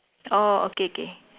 oh okay okay